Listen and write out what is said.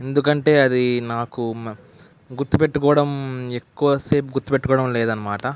ఎందుకంటే అది నాకు గుర్తు పెట్టుకోవడం ఎక్కువసేపు గుర్తు పెట్టుకోవడం లేదన్నమాట